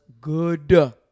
good